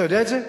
אתה יודע את זה?